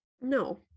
No